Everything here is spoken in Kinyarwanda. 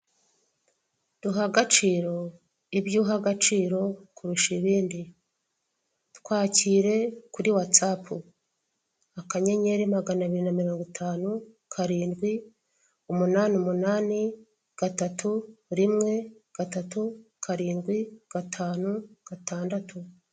Duha agaciro ibyo uha agaciro kurusha ibindi twakire kuri watsapu, akanyenyeri magana abiri na mirongo itanu karindwi, umunani, umunani, gatatu, rimwe, gatatu, karindwi, gatanu, gatandatu.